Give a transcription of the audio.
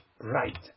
right